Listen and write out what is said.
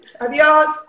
adios